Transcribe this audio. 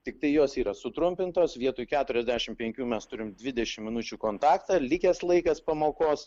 tiktai jos yra sutrumpintos vietoj keturiasdešimt penkių mes turim dvidešimt minučių kontaktą likęs laikas pamokos